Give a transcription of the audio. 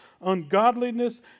ungodliness